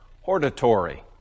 hortatory